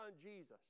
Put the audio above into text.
Jesus